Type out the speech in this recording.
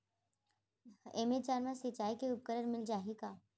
Amazon मा सिंचाई के उपकरण मिलिस जाही का?